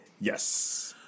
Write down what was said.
Yes